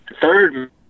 third